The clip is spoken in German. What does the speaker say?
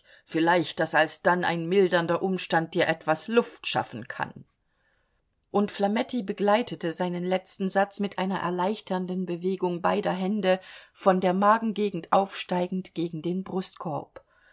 vielleicht daß alsdann ein mildernder umstand dir etwas luft schaffen kann und flametti begleitete seinen letzten satz mit einer erleichternden bewegung beider hände von der magengegend aufsteigend gegen den brustkorb